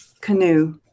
Canoe